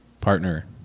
partner